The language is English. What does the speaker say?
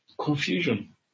Confusion